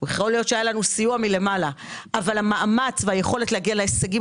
יכול להיות שהיה לנו סיוע מלמעלה אבל המאמץ והיכולת להגיע להישגים